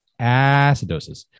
acidosis